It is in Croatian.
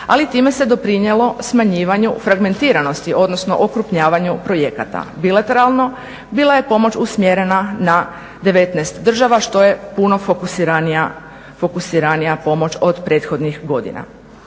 ali time se doprinijelo smanjivanju fragmentiranosti, odnosno okrupnjavanju projekata. Bilateralno bila je pomoć usmjerena na 19 država što je puno fokusiranija pomoć od prethodnih godina.